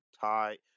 tie